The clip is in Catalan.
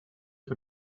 que